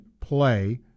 play